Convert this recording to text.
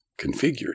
configured